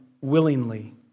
willingly